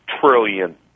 trillion